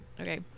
okay